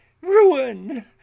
ruin